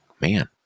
man